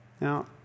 Now